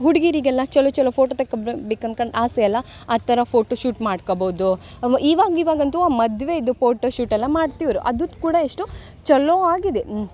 ಹುಡುಗಿರಿಗೆಲ್ಲ ಚಲೋ ಚಲೋ ಫೋಟೊ ತೆಕ್ಕಮ್ರ್ ಬೇಕು ಅನ್ಕಂಡು ಆಸೆಯಲ್ಲ ಆ ಥರ ಫೋಟೊ ಶೂಟ್ ಮಾಡ್ಕಬೌದು ಇವಾಗ ಇವಾಗ ಅಂತೂ ಆ ಮದುವೆದು ಪೋಟೊ ಶೂಟೆಲ್ಲ ಮಾಡ್ತೀವ್ರಿ ಅದು ಕೂಡ ಎಷ್ಟು ಚಲೋ ಆಗಿದೆ